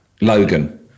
Logan